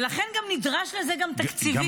ולכן גם נדרשו לזה תקציבים.